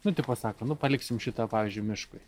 nu tipo sako nu paliksim šitą pavyzdžiui miškui